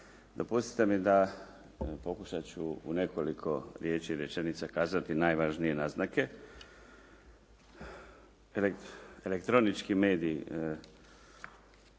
Dopustite mi da pokušat ću u nekoliko riječi i rečenica kazati najvažnije naznake. Nisam mislio